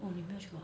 oh 你没有去过